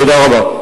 תודה רבה.